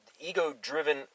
ego-driven